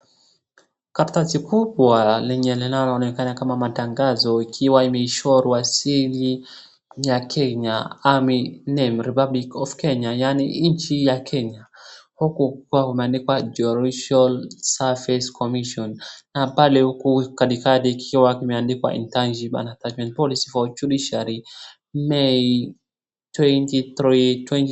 karatasi kubwa lenye linaloonekana kama matangazo ikiwa imechorwa seal ya kenya army republic of kenya yaani nchi ya kenya hapo juu imeandikwa judicial service commission na hapo katikati ikiwa imeandikwa internship and attachment policy for judiciary may twenty twenty three